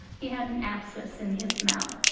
he had an abscess in his mouth.